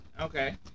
Okay